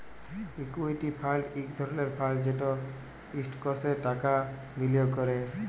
equity fund ইক ধরলের fund যেট ইস্টকসে টাকা বিলিয়গ ক্যরে